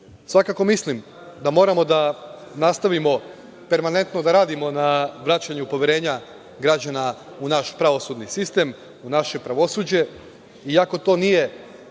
više. Svakako mislim da moramo da nastavimo permanentno da radimo na vraćanju poverenja građana u naš pravosudni sistem, u naše pravosuđe, iako to nije